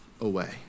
away